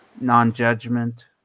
non-judgment